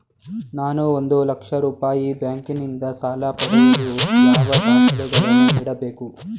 ನಾನು ಒಂದು ಲಕ್ಷ ರೂಪಾಯಿ ಬ್ಯಾಂಕಿನಿಂದ ಸಾಲ ಪಡೆಯಲು ಯಾವ ದಾಖಲೆಗಳನ್ನು ನೀಡಬೇಕು?